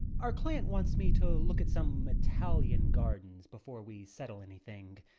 our client wants me to look at some italian gardens before we settle anything,